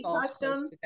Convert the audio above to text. custom